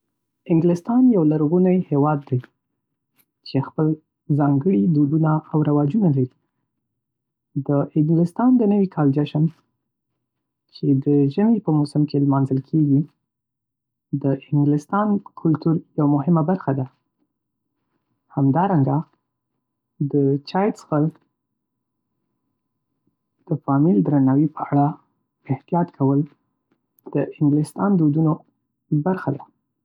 انګلستان یو لرغونی هیواد دی چې خپل ځانګړي دودونه او رواجونه لري. د انګلستان د نوي کال جشن، چې د ژمي په موسم کې لمانځل کېږي، د انګلستان کلتور یوه مهمه برخه ده. همدارنګه، د چای څښل، د فامیل درناوی په اړه احتیاط کول د انګلستان دودونو برخه ده.